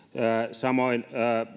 samoin